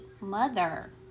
mother